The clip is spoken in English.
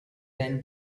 then